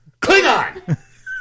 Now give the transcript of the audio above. Klingon